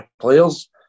players